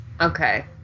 Okay